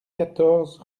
quatorze